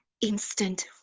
instant